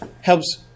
helps